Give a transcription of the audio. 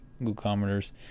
glucometers